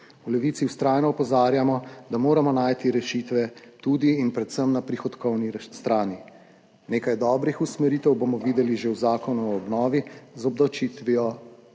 V Levici vztrajno opozarjamo, da moramo najti rešitve tudi in predvsem na prihodkovni strani. Nekaj dobrih usmeritev bomo videli že v Zakonu o obnovi z obdavčitvijo